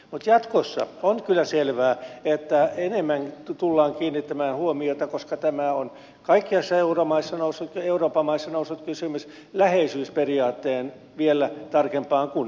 mutta jatkossa on kyllä selvää että enemmän tullaan kiinnittämään huomiota koska tämä on kaikissa euroopan maissa noussut kysymys läheisyysperiaatteen vielä tarkempaan kunnioittamiseen